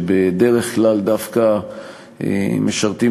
שבדרך כלל דווקא משרתים,